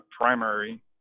primary